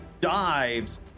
dives